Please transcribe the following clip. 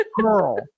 Girl